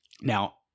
Now